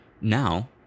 Now